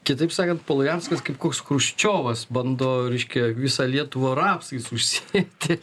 kitaip sakant polujanskas kaip koks chruščiovas bando reiškia visą lietuvą rapsais užsėti